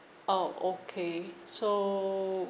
uh okay so